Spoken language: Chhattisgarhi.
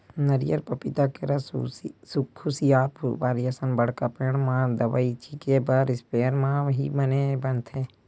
नरियर, पपिता, केरा, खुसियार, सुपारी असन बड़का पेड़ म दवई छिते बर इस्पेयर म ही बने बनथे